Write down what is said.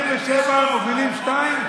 77 מובילים 2,